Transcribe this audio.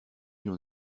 l’on